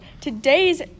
today's